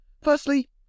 Firstly